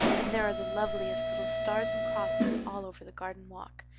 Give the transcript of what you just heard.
and there are the loveliest little stars and crosses all over the garden walk.